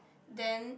then